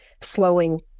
slowing